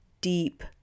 deep